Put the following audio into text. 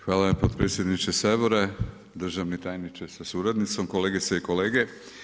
Hvala potpredsjedniče Sabora, državni tajniče sa suradnicom, kolegice i kolege.